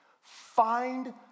Find